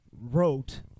wrote